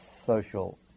social